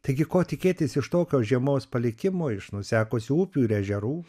taigi ko tikėtis iš tokio žiemos palikimo iš nusekusių upių ir ežerų